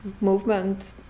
movement